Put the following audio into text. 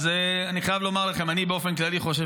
אני חייב לומר לכם: אני באופן כללי חושב